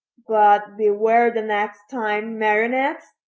but beware the next time, marionettes.